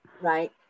right